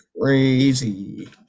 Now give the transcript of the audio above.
crazy